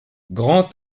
grand